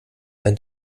ein